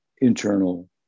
internal